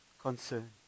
concern